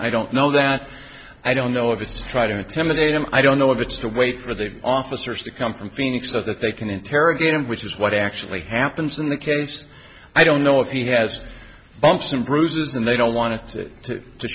i don't know that i don't know if it's to try to exterminate him i don't know if it's to wait for the officers to come from phoenix so that they can interrogate him which is what actually happens in the case i don't know if he has bumps and bruises and they don't want to sit to t